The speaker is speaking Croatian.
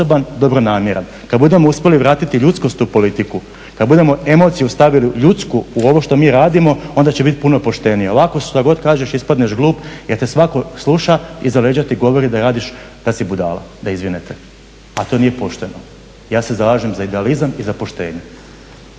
dobronamjeran. Kada budemo uspjeli vratiti ljudskost u politiku, kada budemo emociju stavili ljudsku u ovo što mi radimo onda će biti puno poštenije. Ovako što god kažeš ispadneš glup jer te svako sluša i iza leđa ti govori da radiš da si budala, da izvinite, a to nije pošteno. Ja se zalažem za idealizam i za poštenje.